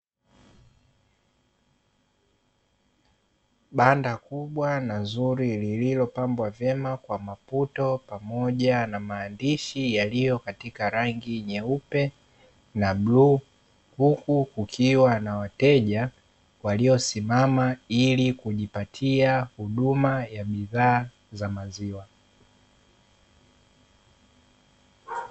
Banda kubwa na zuri lililopambwa vema kwa maputo pamoja na maandishi yaliyo katika rangi nyeupe na bluu huku kukiwa na wateja walio simama, ili kujipatia huduma ya bidhaa za maziwa.